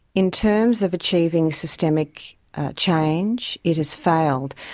in terms of achieving systemic change it has failed.